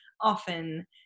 often